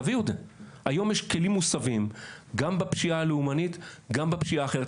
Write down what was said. תביאו את זה היום יש כלים מוסבים גם בפשיעה הלאומנית וגם בפשיעה האחרת.